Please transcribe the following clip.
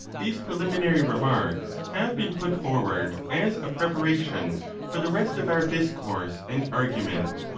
these preliminary remarks have been put forward as a preparation for the rest of our discourse and argument,